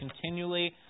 continually